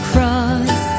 Cross